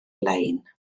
lein